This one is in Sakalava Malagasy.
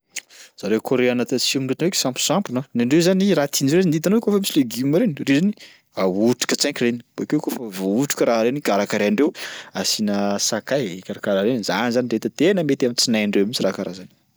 Zareo koreanina tatsimo reto ndraiky samposampona. Ny andreo zany raha tiandreo hitanao kaofa misy legioma reny de ohatra zany ahotrika tsainky reny bakeo kaofa voahotrika raha reny karakarain-dreo, asiana sakay karakaraha reny, zany zany hita tena mety am'tsinaindreo mihitsy raha kara zany.